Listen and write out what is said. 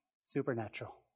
supernatural